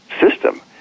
system